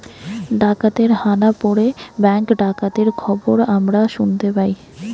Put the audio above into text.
ডাকাতের হানা পড়ে ব্যাঙ্ক ডাকাতির খবর আমরা শুনতে পাই